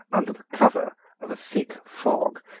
under the cover of a thick fog,